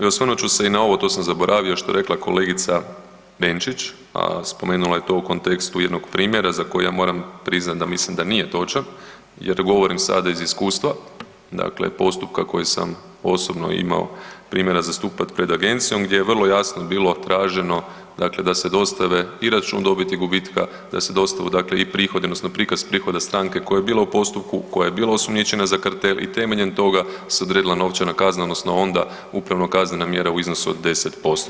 I osvrnut ću se i na ovo, to sam zaboravio što je rekla kolegica Benčić, a spomenula je to u kontekstu jednog primjera za koji ja moram priznati da mislim da nije točan jer govorim sada iz iskustva, dakle postupka koji sam osobno imao primjera zastupati pred agencijom gdje je vrlo jasno bilo traženo dakle da se dostave i račun dobiti i gubitka, da se dostave dakle i prihodi odnosno prikaz prihoda stranke koja je bila u postupku, koja je bila osumnjičena za kartel i temeljem toga se odredila novčana kazna odnosno onda upravno-kaznena mjera u iznosu od 10%